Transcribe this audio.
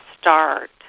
start